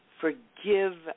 forgive